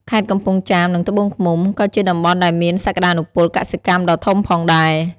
ខេត្តកំពង់ចាម និង ត្បូងឃ្មុំ ក៏ជាតំបន់ដែលមានសក្តានុពលកសិកម្មដ៏ធំផងដែរ។